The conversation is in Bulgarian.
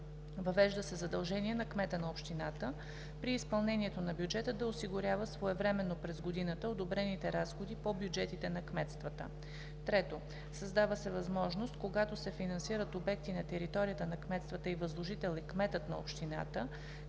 Въвежда се задължение на кмета на общината при изпълнението на бюджета да осигурява своевременно през годината одобрените разходи по бюджетите на кметствата. 3. Създава се възможност когато се финансират обекти на територията на кметствата и възложител е кметът на общината,